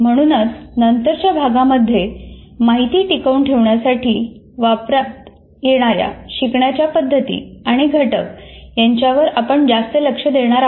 म्हणूनच नंतरच्या भागांमध्ये माहिती टिकवून ठेवण्यासाठी वापरण्यात येणाऱ्या शिकवण्याच्या पद्धती आणि घटक यांच्यावर आपण जास्त लक्ष देणार आहोत